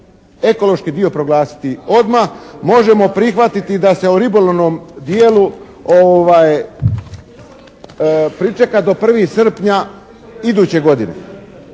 ekološki dio proglasiti odmah. Možemo prihvatiti da se o ribolovnom dijelu pričeka do 1. srpnja iduće godine,